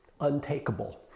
untakeable